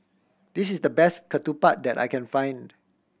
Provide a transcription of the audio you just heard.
this is the best ketupat that I can find